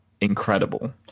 incredible